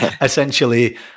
essentially